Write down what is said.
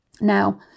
Now